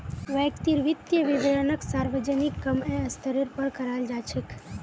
व्यक्तिर वित्तीय विवरणक सार्वजनिक क म स्तरेर पर कराल जा छेक